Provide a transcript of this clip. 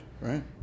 Right